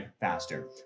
faster